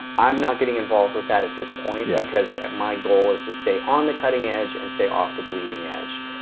i'm not getting involved with that at this point because my goal is to stay on the cutting edge and stay off the bleeding edge.